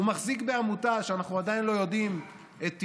הוא מחזיק בעמותה שאנחנו לא יודעים את טיבה,